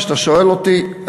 וכשאתה שואל אותי,